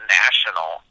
national